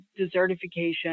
desertification